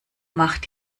macht